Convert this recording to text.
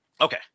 Okay